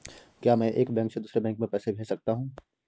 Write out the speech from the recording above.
क्या मैं एक बैंक से दूसरे बैंक में पैसे भेज सकता हूँ?